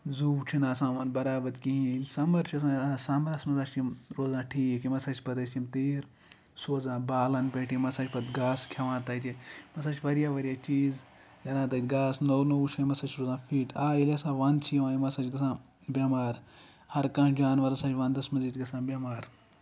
زوٗ چھُنہٕ آسان یِمن برابر کِہینۍ سَمر چھُ آسان سَمرَس منٛز ہسا چھِ یِم روزان ٹھیٖک یِم ہسا چھِ پتہٕ أسۍ یِم تیٖر سوزان بالَن پٮ۪ٹھٕ یِم ہسا چھِ پَتہٕ گاسہٕ کھٮ۪وان تَتہِ یِم ہسا چھِ واریاہ واریاہ چیٖزاَنان تَتہِ گاسہٕ نوٚو نوٚو یِم ہسا چھِ اَمہِ سۭتۍ روزان فِٹ آ ییٚلہِ وَندٕ چھُ یِوان یِم ہسا چھِ گژھان بیمار ہر کانہہ جانور ہسا چھُ وَندَس منٛز ییٚتہِ گژھان بیمار